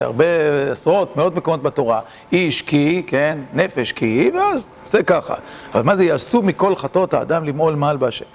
הרבה עשרות מאות מקומות בתורה, איש כי, כן, נפש כי, ואז זה ככה. אבל מה זה יעשו מכל חטות האדם למעול מעל באשר.